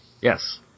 Yes